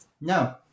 no